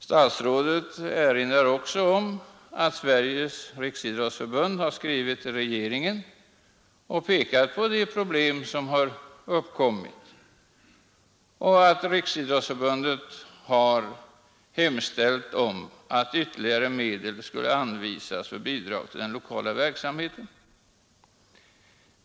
Statsrådet erinrar också om att Sveriges riksidrottsförbund har skrivit till regeringen och pekat på de problem som har uppkommit och att Riksidrottsförbundet har hemställt om att ytterligare medel skulle anvisas för bidrag till den lokala verksamheten.